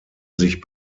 sich